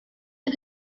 and